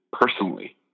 personally